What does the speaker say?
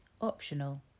Optional